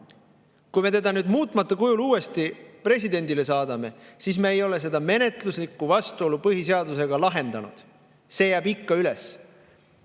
Kui me selle nüüd muutmata kujul uuesti presidendile saadame, siis me ei ole seda menetluslikku vastuolu põhiseadusega lahendanud. See jääb ikka üles.